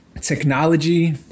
Technology